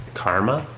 karma